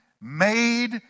made